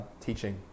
teaching